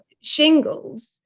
shingles